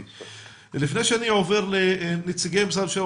לפני שאני עובר לנציגי משרדי הממשלה,